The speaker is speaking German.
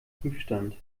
prüfstand